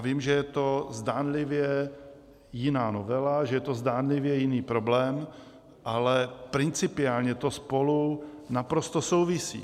Vím, že je to zdánlivě jiná novela, že je to zdánlivě jiný problém, ale principiálně to spolu naprosto souvisí.